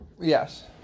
yes